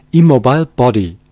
immobile body.